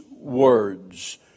words